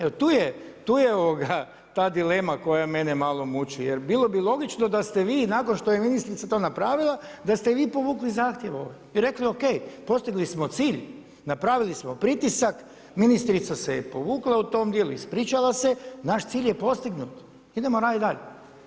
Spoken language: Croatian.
Evo tu je ta dilema koja mene malo muči, jer bilo bi logično da ste vi nakon što je ministrica to napravila, da ste vi povukli zahtjev ovaj i rekli o.k. Postigli smo cilj, napravili smo pritisak, ministrica se povukla u tom dijelu, ispričala se, naš cilj je postignut, idemo radit dalje.